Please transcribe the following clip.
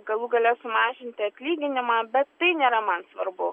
galų gale sumažinti atlyginimą bet tai nėra man svarbu